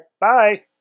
Bye